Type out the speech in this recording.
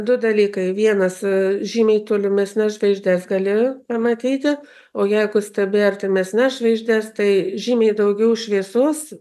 du dalykai vienas žymiai tolimesnes žvaigždes gali pamatyti o jeigu stebi artimesnes žvaigždes tai žymiai daugiau šviesos